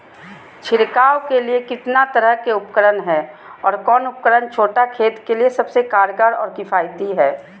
छिड़काव के लिए कितना तरह के उपकरण है और कौन उपकरण छोटा खेत के लिए सबसे कारगर और किफायती है?